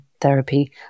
therapy